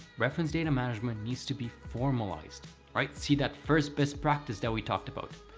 reference data management needs to be formalized. right? see that first best practice that we talked about.